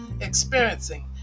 experiencing